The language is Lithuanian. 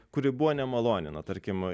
kuri buvo nemaloni na tarkim